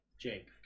Jake